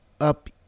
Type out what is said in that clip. up